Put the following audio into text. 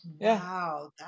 Wow